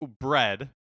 bread